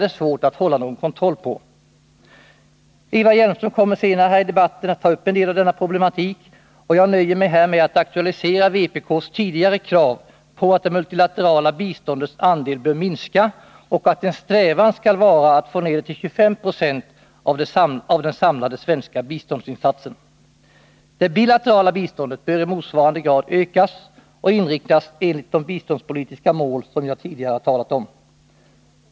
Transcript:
Eva Hjelmström kommer senare i debatter att ta upp en del av denna problematik. Jag nöjer mig därför med att här aktualisera vpk:s tidigare krav på att det multilaterala biståndets andel skall minska och att en strävan skall vara att få ner det till 25 Yo av den samlade svenska biståndsinsatsen. Det bilaterala biståndet bör i motsvarande grad ökas och inriktas enligt de biståndspolitiska mål som jag tidigare har talat om.